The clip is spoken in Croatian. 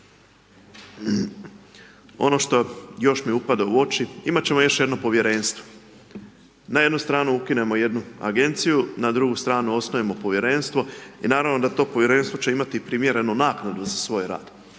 Ono što još mi upada u oči, imati ćemo još jedno Povjerenstvo, na jednu stranu ukinemo jednu Agenciju, na drugu stranu osnujemo Povjerenstvo i naravno da to Povjerenstvo će imati primjerenu naknadu za svoj rad.